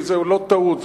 זאת לא טעות,